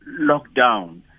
lockdown